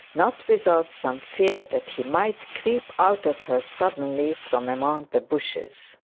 not without some fear that he might creep out at her suddenly from among the bushes.